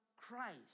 Christ